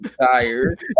tired